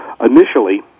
initially